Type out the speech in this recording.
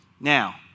Now